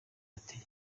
ati